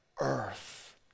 earth